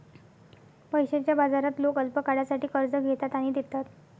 पैशाच्या बाजारात लोक अल्पकाळासाठी कर्ज घेतात आणि देतात